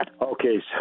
okay